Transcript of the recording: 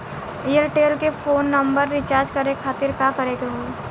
Airtel के phone number recharge करे के खातिर का करे के होई?